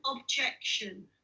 objection